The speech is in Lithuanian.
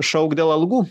šaukt dėl algų